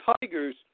Tigers